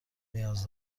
نیاز